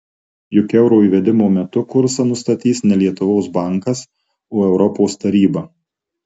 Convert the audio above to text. juk euro įvedimo metu kursą nustatys ne lietuvos bankas o europos taryba